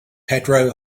pedro